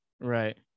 Right